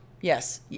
Yes